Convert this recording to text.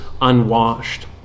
unwashed